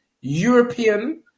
European